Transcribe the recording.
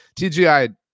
TGI